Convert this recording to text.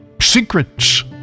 secrets